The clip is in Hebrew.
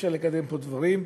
אפשר לקדם פה דברים,